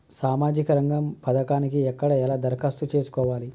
సామాజిక రంగం పథకానికి ఎక్కడ ఎలా దరఖాస్తు చేసుకోవాలి?